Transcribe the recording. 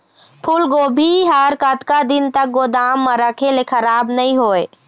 फूलगोभी हर कतका दिन तक गोदाम म रखे ले खराब नई होय?